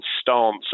stance